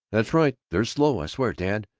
that's right. they're slow. i swear, dad,